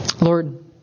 Lord